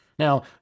Now